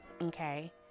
Okay